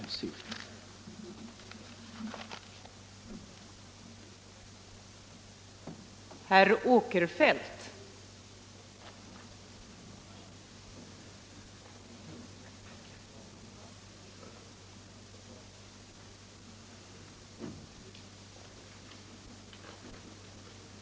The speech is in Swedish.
Jag yrkar bifall till näringsutskottets hemställan.